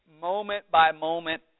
moment-by-moment